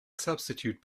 substitute